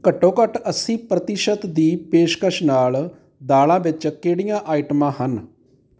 ਘੱਟੋ ਘੱਟ ਅੱਸੀ ਪ੍ਰਤੀਸ਼ਤ ਦੀ ਪੇਸ਼ਕਸ਼ ਨਾਲ ਦਾਲਾਂ ਵਿੱਚ ਕਿਹੜੀਆਂ ਆਈਟਮਾਂ ਹਨ